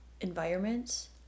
environments